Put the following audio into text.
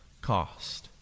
cost